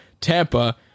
Tampa